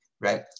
right